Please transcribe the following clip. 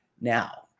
Now